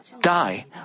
die